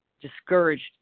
discouraged